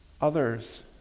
others